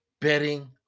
betting